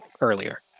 earlier